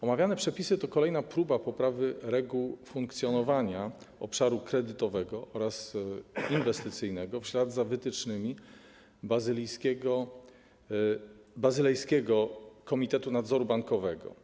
Omawiane przepisy to kolejna próba poprawy reguł funkcjonowania obszaru kredytowego oraz inwestycyjnego w ślad za wytycznymi Bazylejskiego Komitetu Nadzoru Bankowego.